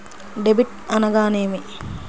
Debit అనగానేమి?